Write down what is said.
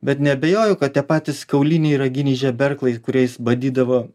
bet neabejoju kad tie patys kauliniai raginiai žeberklai kuriais badydavo